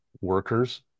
workers